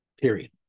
Period